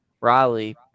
Riley